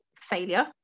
failure